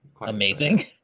amazing